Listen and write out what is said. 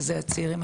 שהם הצעירים.